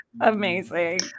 Amazing